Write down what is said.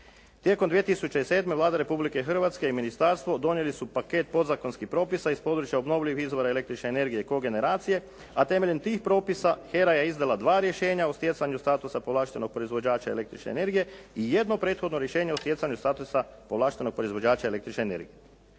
Tijekom 2007. Vlada Republike Hrvatske i ministarstvo donijeli su paket podzakonskih propisa iz područja obnovljivih izvora električne energije kogeneracije a temeljem tih propisa HERA je izdala dva rješenja o stjecanju statusa povlaštenog proizvođača električne energije i jedno prethodno rješenje o stjecanju statusa povlaštenog proizvođača električne energije.